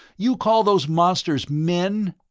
you call those monsters men?